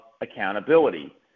accountability